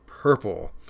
purple